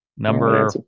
Number